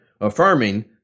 affirming